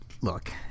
look